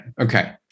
Okay